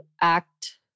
act